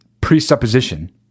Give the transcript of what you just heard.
presupposition